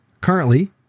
Currently